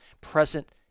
present